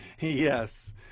Yes